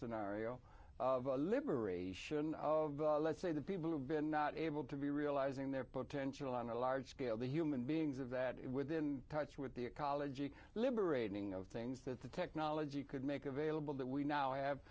scenario of the liberation of d let's say the people have been not able to be realizing their potential on a large scale that human beings have that it within touch with the ecology liberating of things that the technology could make available that we now have